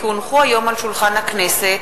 כי הונחו היום על שולחן הכנסת,